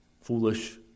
foolish